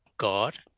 God